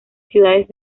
ciudades